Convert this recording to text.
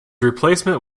replacement